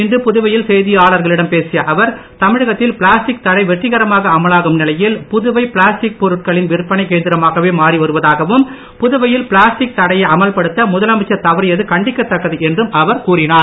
இன்று புதுவையில் செய்தியாளர்களிடம் பேசிய அவர் தமிழகத்தில் பிளாஸ்டிக் தடை வெற்றிகரமாக அமலாகும் நிலையில் புதுவை பிளாஸ்டிக் பொருட்களின் விற்பனை கேந்திரமாகவே மாறி வருவதாகவும் புதுவையில் பிளாஸ்டிக் தடையை அமல்படுத்த முதலமைச்சர் தவறியது கண்டிக்கத்தக்கது என்றும் அவர் கூறினார்